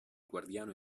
guardiano